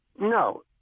No